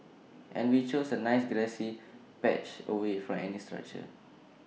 and we chose A nice grassy patch away from any structures